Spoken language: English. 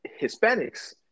Hispanics